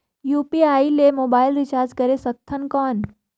UPI ले mobile recharge करे सकथन कौन?